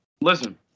Listen